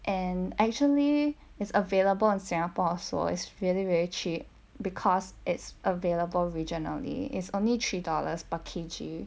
and actually is available in singapore also is really very cheap because it's available regionally is only three dollars per K_G